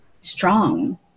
strong